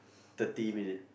thirty minute